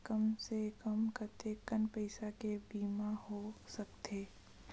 कम से कम कतेकन पईसा के बीमा हो सकथे?